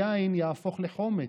היין יהפוך לחומץ,